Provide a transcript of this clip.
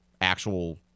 actual